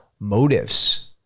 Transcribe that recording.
motives